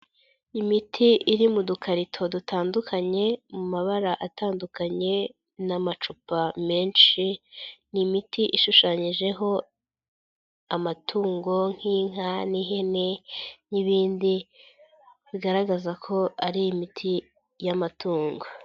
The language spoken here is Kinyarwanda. Imiti iri mu dukarito dutandukanye, mu mabara atandukanye ni amacupa menshi, ni imiti ishushanyijeho amatungo nk'inka n'ihene n'ibindi bigaragaza ko ari imiti y'amatungo.